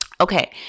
Okay